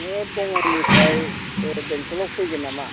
नोङो बङाइनिफ्राय बे बेंथलाव फैगोन नामा